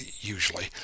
usually